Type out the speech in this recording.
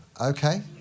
Okay